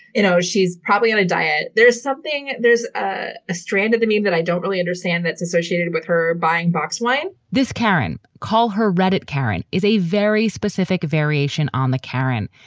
you know, she's probably on a diet. there's something there's ah a strand of the meme that i don't really understand that's associated with her buying box wine this karren call her redit karen is a very specific variation on the karen.